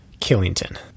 Killington